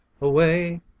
away